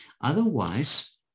Otherwise